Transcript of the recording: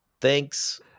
Thanks